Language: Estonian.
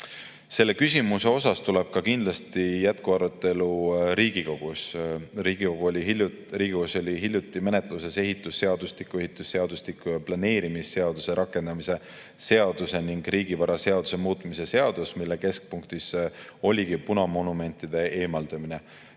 Selle küsimuse üle tuleb kindlasti jätkuarutelu Riigikogus. Riigikogus oli hiljuti menetluses ehitusseadustiku, ehitusseadustiku ja planeerimisseaduse rakendamise seaduse ning riigivaraseaduse muutmise seadus, mille keskpunktis oligi punamonumentide eemaldamine.